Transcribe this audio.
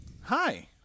Hi